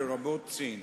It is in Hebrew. לרבות סין".